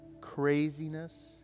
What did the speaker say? craziness